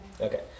Okay